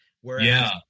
Whereas